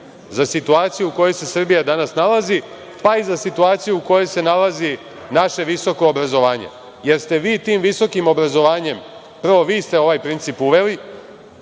za situaciju u kojoj se Srbija danas nalazi, pa i za situaciju u kojoj se nalazi naše visoko obrazovanje, jer ste vi tim visokim obrazovanjem, prvo, vi ste ovaj princip uveli